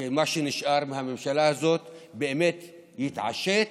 שמה שנשאר מהממשלה הזאת באמת יתעשת